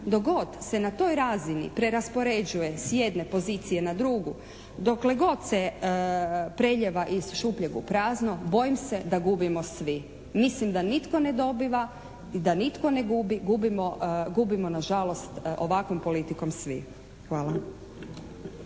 god se na toj razini preraspoređuje s jedne pozicije na drugu, dokle god se preljeva iz šupljeg u prazno bojim se da gubimo svi. Mislim da nitko ne dobiva i da nitko ne gubi, gubimo na žalost ovakvom politikom svi. Hvala.